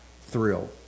thrill